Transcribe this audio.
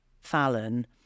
Fallon